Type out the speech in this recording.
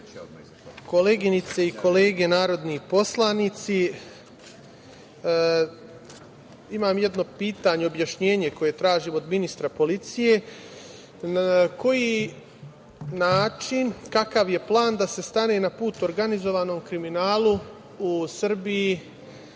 koleginice i kolege narodni poslanici, imam jedno pitanje i objašnjenje koje tražim od ministra policije. Na koji način i kakav je plan da se stane na put organizovanom kriminalu u Srbiji